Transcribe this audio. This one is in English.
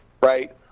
right